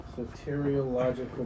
Soteriological